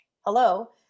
hello